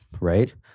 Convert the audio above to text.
right